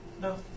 No